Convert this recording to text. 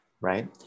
right